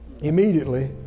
immediately